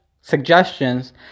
suggestions